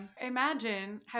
imagine